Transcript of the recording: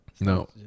no